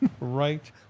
right